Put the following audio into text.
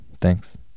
thanks